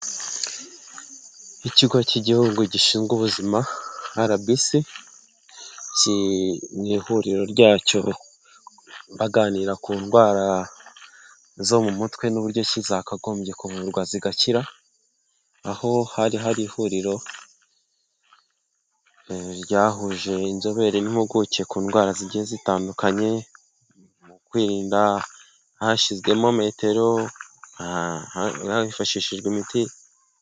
Ikigo cy'igihugu gishinzwe ubuzima rbc mu ihuriro ryacyo baganira ku ndwara zo mu mutwe n'uburyo ki zakagombye kuvurwa zigakira aho hari ihuriro ryahuje inzobere n'impuguke ku ndwara zigiye zitandukanye mu kwirinda hashyizwemo metero hifashishijwe imiti.